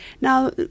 Now